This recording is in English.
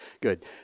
Good